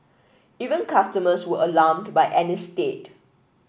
even customers were alarmed by Annie's state